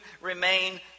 remain